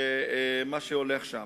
מה שהולך שם.